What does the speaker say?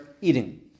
eating